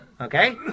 Okay